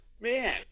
man